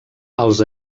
els